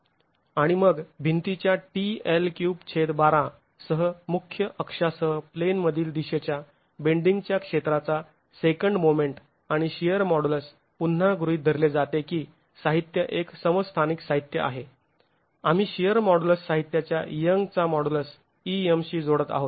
आणि मग भिंतीच्या tL312 सह मुख्य अक्षासह प्लेन मधील दिशेच्या बेंडींगच्या क्षेत्राचा सेकंड मोमेंट आणि शिअर मॉडुलस पुन्हा गृहीत धरले जाते की साहित्य एक समस्थानिक साहित्य आहे आम्ही शिअर मॉडुलस साहित्याच्या यंगचा मॉडुलस Young's modulus Em शी जोडत आहोत